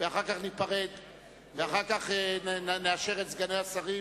אחר כך נאשר את סגני השרים